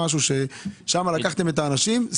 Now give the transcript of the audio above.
שם לקחתם את האנשים,